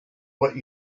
what